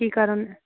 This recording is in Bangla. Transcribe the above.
কী কারণ